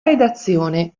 redazione